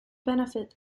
benefit